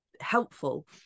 helpful